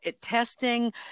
testing